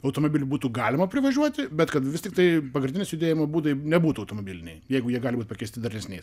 automobiliu būtų galima privažiuoti bet kad vis tiktai pagrindinis judėjimo būdai nebūtų automobiliniai jeigu jie gali būt pakeisti darnesniais